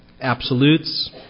absolutes